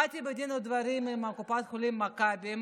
באתי בדין ודברים עם קופת חולים מכבי.